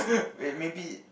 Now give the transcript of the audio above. wait maybe